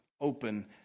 open